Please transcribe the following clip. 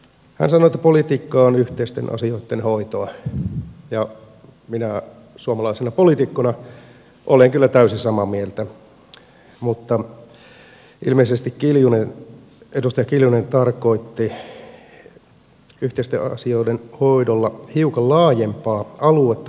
hän sanoi että politiikka on yhteisten asioitten hoitoa ja minä suomalaisena poliitikkona olen kyllä täysin samaa mieltä mutta ilmeisesti edustaja kiljunen tarkoitti yhteisten asioiden hoidolla hiukan laajempaa aluetta kuin minä